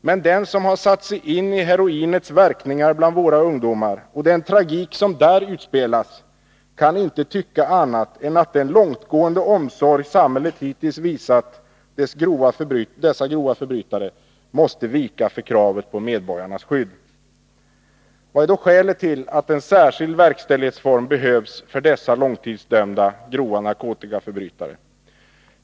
Men den som har satt sig in i heroinets härjningar bland våra ungdomar och den tragik som där utspelas kan inte tycka annat än att den långtgående omsorg samhället hittills visat dessa grova förbrytare måste vika för kravet på medborgarnas skydd. Vad är då skälet till att en särskild verkställighetsform behövs för dessa långtidsdömda grova narkotikaförbrytare?